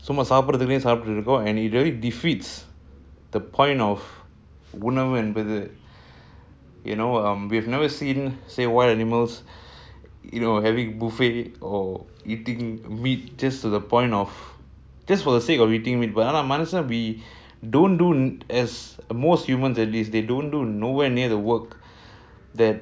சும்மாசாப்பிட்றதுக்குனேசாப்டுட்டுஇருப்போம்:summa sapdrathukune saptutu irupom and it really defeats the point of உணவுஎன்பது:unavu enbathu you know um we've never seen say wild animals you know having buffet or eating meat just to the point of just for the sake of eating meat மனுஷன்:manushan most humans you know we don't do nowhere near the work that